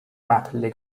rapidly